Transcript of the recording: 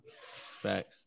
Facts